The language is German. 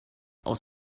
aus